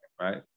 right